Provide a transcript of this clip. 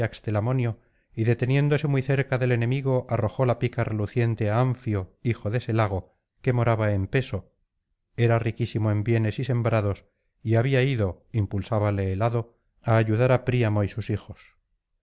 y deteniéndose muy cerca del enemigo arrojó la pica reluciente á anfio hijo de selago que moraba en peso era riquísimo en bienes y sembrados y había ido impulsábale el hado á ayudar á príamo y sus hijos